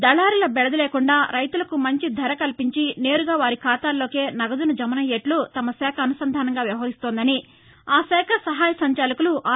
దళారుల బెదద లేకుండా రైతులకు మంచి ధర కల్పించి నేరుగా వారి ఖాతాల్లో కే నగదు జమ అయ్యేట్టగా తమ శాఖ అసుసంధానంగా వ్యవహరిస్తోందని ఆ శాఖ సహాయ సంచాలకులు ఆర్